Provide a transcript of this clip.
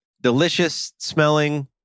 delicious-smelling